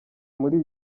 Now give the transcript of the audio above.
muri